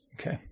Okay